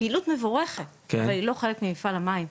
פעילות מבורכת, אבל היא לא חלק ממפעל המים.